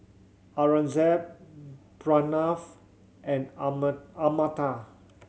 Aurangzeb Pranav and Amartya